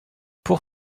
pour